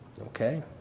Okay